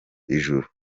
ijuru